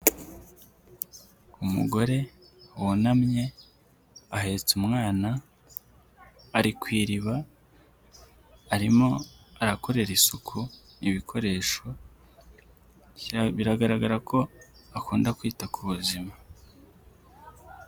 Umugore wunamye ahetse umwana ari ku iriba arimo arakorera isuku ibikoresho, biragaragara ko akunda kwita ku buzima.